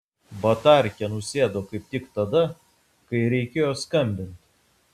batarkė nusėdo kaip tik tada kai reikėjo skambint